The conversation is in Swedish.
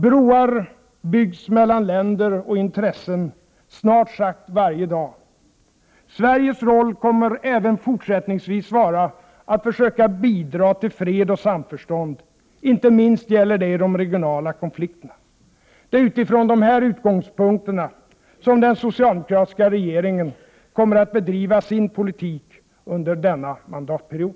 Broar byggs mellan länder och intressen snart sagt varje dag. Sveriges roll kommer även fortsättningsvis vara att försöka bidra till fred och samförstånd, inte minst i de regionala konflikterna. Det är från de här utgångspunkterna som den socialdemokratiska regeringen kommer att bedriva sin politik under denna mandatperiod.